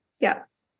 Yes